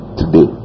today